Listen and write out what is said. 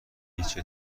هیچی